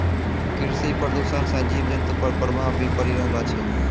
कृषि प्रदूषण से जीव जन्तु पर प्रभाव भी पड़ी रहलो छै